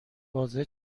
بازه